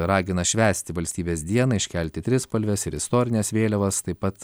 ragina švęsti valstybės dieną iškelti trispalves ir istorines vėliavas taip pat